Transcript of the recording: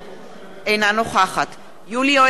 אינה נוכחת יולי יואל אדלשטיין,